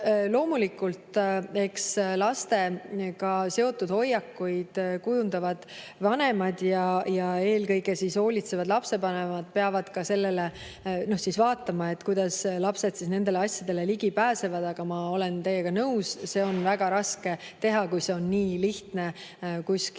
Loomulikult, eks lastega seotud hoiakuid kujundavad vanemad ja eelkõige peavad hoolitsevad lapsevanemad vaatama ka seda, kuidas lapsed nendele asjadele ligi pääsevad. Aga ma olen teiega nõus, seda on väga raske teha, kui sellele on nii lihtne kuskil